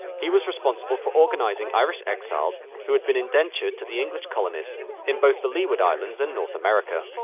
he was responsible for organising irish exiles who had been indentured to the english colonists in both the leeward islands and north america.